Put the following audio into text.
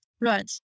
Right